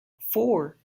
four